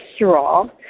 cholesterol